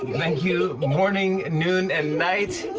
thank you morning, noon, and night,